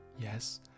Yes